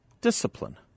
discipline